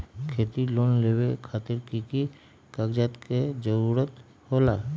खेती लोन लेबे खातिर की की कागजात के जरूरत होला?